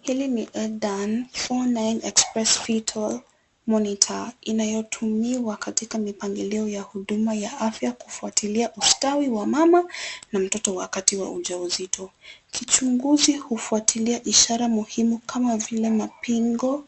Hili ni (cs)Edan 49 Express Fetal Monitor(cs) inayotumika katika mipangilio ya huduma ya afya kufuatilia ustawi wa mama na mtoto wakati wa ujauzito. Kichunguzi hufuatilia ishara muhimu kama vile mapigo